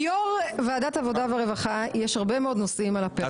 ליו"ר ועדת העבודה והרווחה יש הרבה נושאים על הפרק.